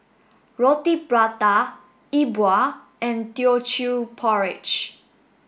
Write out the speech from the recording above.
Roti Prata E Bua and teochew porridge